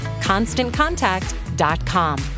ConstantContact.com